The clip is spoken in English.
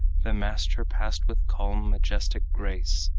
the master passed with calm, majestic grace,